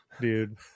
dude